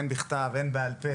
הן בכתב והן בעל פה,